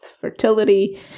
fertility